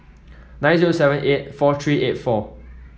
nine zero seven eight four three eight four